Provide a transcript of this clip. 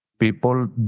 People